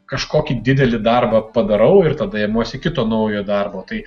kažkokį didelį darbą padarau ir tada imuosi kito naujo darbo tai